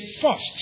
first